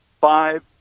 five